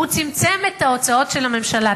הוא צמצם את ההוצאות של הממשלה.